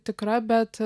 tikra bet